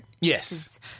yes